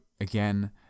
again